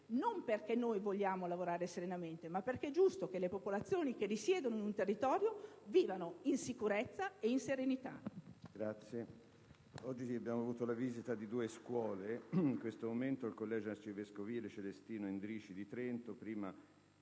non perché noi vogliamo lavorare serenamente, ma perché è giusto che le popolazioni che risiedono in un territorio vivano in sicurezza e in serenità.